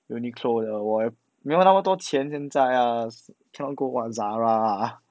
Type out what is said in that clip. Uniqlo 的我也没有那么多钱现在啊 cannot go what Zara ah